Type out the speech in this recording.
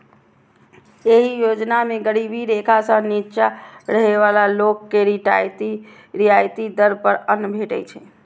एहि योजना मे गरीबी रेखा सं निच्चा रहै बला लोक के रियायती दर पर अन्न भेटै छै